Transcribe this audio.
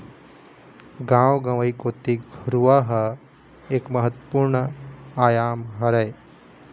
गाँव गंवई कोती घुरूवा ह एक महत्वपूर्न आयाम हरय